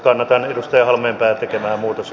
kannatan edustaja halmeenpään tekemää muutos